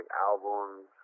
albums